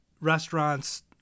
restaurants